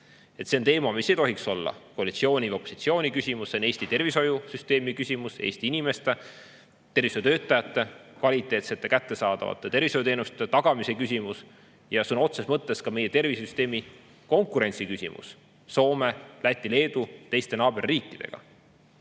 See on teema, mis ei tohiks olla koalitsiooni või opositsiooni küsimus. See on Eesti tervishoiusüsteemi küsimus, Eesti inimeste, tervishoiutöötajate, kvaliteetsete kättesaadavate tervishoiuteenuste tagamise küsimus ja sõna otseses mõttes ka meie tervisesüsteemi konkurentsi[võime] küsimus Soome, Läti, Leedu ja teiste naaberriikide